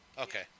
Okay